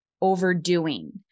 overdoing